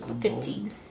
Fifteen